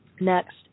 Next